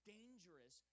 dangerous